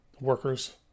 workers